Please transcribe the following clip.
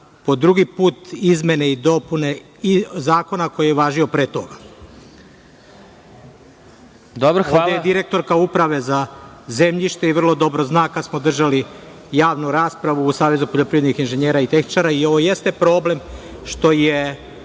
po drugi put izmene i dopuna i zakona koji je važio pre toga. Ovde je direktorka Uprave za zemljište i vrlo dobro zna kada smo držali javnu raspravu u Savezu poljoprivrednika, inženjera i tehničara. Ovo jeste problem što je